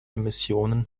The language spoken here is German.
emissionen